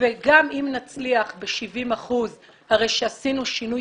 וגם אם נצליח ב-70% הרי שעשינו שינוי